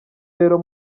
rero